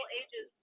ages